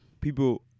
people